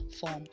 form